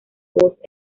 voz